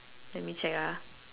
let me check ah